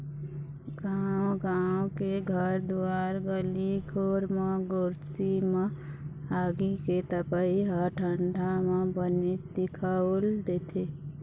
गाँव गाँव के घर दुवार गली खोर म गोरसी म आगी के तपई ह ठंडा म बनेच दिखउल देथे